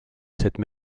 cette